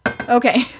Okay